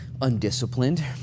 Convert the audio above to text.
Undisciplined